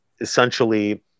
essentially